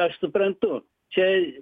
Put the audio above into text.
aš suprantu čia